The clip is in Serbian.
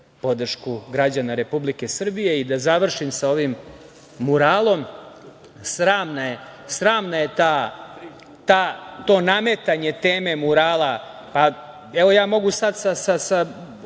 podršku građana Republike Srbije. Da završim sa ovim muralom. Sramna je to nametanje teme mural. Mogu sada sa